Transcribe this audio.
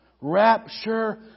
Rapture